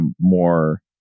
more